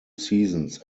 seasons